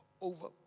over